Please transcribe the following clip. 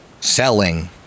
selling